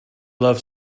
love